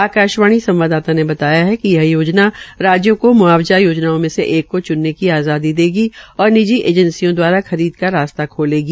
आकाशवाणी संवाददाता ने बताया है कि यह योजना राज्यों को मुआवजा योजनाओं में से एक को चुनने की आजादी देगी और निजी अर्जेंसियों दवारा खरीद का रास्ता खोलेगी